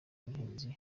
y’ubuhinzi